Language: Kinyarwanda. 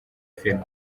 film